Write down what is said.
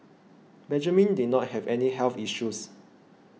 Benjamin did not have any health issues